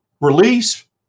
release